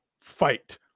fight